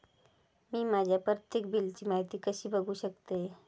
मी माझ्या प्रत्येक बिलची माहिती कशी बघू शकतय?